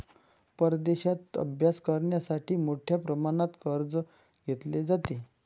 परदेशात अभ्यास करण्यासाठी मोठ्या प्रमाणात कर्ज घेतले जाते